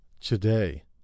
Today